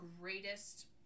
greatest